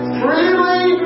freely